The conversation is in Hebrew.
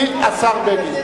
השר בגין.